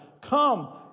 Come